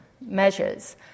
measures